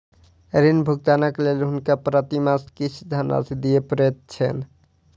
ऋण भुगतानक लेल हुनका प्रति मास किछ धनराशि दिअ पड़ैत छैन